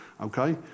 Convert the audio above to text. Okay